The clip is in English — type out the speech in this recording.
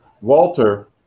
Walter